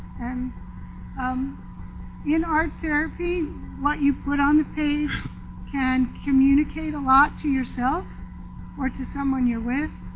and um in art therapy what you put on the page can communicate a lot to yourself or to someone you're with.